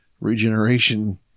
regeneration